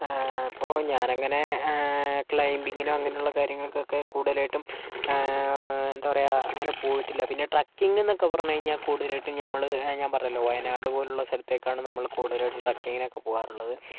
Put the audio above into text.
അപ്പോൾ ഞാൻ എങ്ങനെ ക്ലൈമ്പിങ്ങിനോ അങ്ങനെയുള്ള കാര്യങ്ങൾക്കൊക്കെ കൂടുതലായിട്ടും എന്താ പറയുക അങ്ങനെ പോയിട്ടില്ല പിന്നെ ട്രക്കിംഗ് എന്നൊക്കെ പറഞ്ഞാൽ കൂടുതലായിട്ടും ഞമ്മള് ഞാൻ പറഞ്ഞല്ലോ വയനാട് പോലുള്ള സ്ഥലത്തേക്കാണ് ഞമ്മള് കൂടുതലായിട്ടും ട്രക്കിംഗ് ഒക്കെ പോകാറുള്ളത്